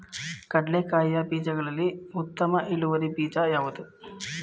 ಕಡ್ಲೆಕಾಯಿಯ ಬೀಜಗಳಲ್ಲಿ ಉತ್ತಮ ಇಳುವರಿ ಬೀಜ ಯಾವುದು?